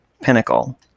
pinnacle